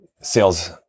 sales